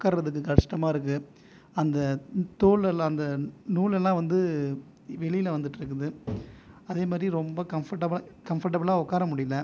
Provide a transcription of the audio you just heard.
உட்கார்கிறதுக்கு கஷ்டமாக இருக்குது அந்த தோல் எல்லாம் அந்த நூல் எல்லாம் வந்து வெளியில் வந்துட்டு இருக்குது அதே மாதிரி ரொம்ப கம்பர்டபிளா கம்பர்டபிளாக உட்கார முடியலை